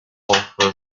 offer